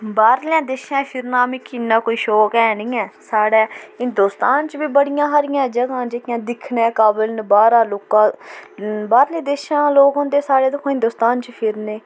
बाह्रलै देशैं फिरना मिगी इन्ना कोई शौक ऐ नी ऐ साढ़ै हिंदोस्तान च बी बड़ी हारियां जगह् न जेह्कियां दिक्खने काबल न बाह्रा लोकां बाह्रले देशा लोक औंदे साढ़े दिक्खो हिंदोस्तान च फिरने